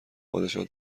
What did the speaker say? پادشاه